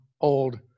old